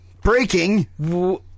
Breaking